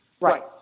Right